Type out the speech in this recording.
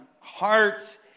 heart